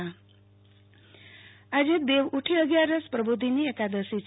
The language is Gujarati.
આરતી ભટ્ટ તુલસી વિવાહ આજે દેવઉઠી અગિયારસ પ્રોબધિની એકાદશી છે